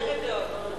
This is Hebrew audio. כבוד גדול.